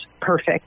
perfect